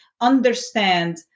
understand